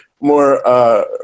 more